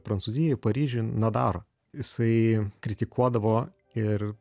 prancūzijoj paryžiuje nadaro jisai kritikuodavo ir